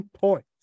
point